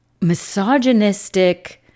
misogynistic